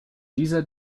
dieser